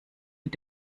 mit